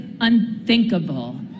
unthinkable